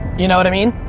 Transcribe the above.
you know what i mean?